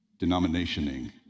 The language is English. denominationing